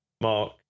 mark